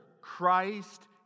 Christ